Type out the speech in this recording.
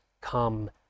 come